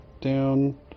down